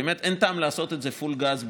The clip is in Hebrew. באמת אין טעם לעשות את זה פול גז בניוטרל.